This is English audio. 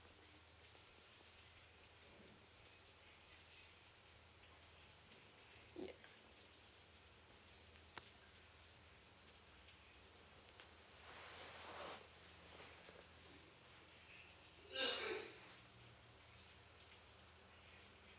ya